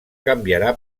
canviarà